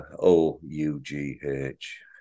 O-U-G-H